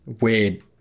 weird